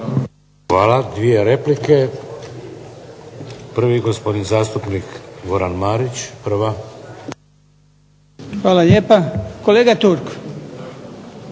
Hvala. Dvije replike. Prvi, gospodin zastupnik Goran Marić. Prva. **Marić, Goran